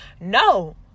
No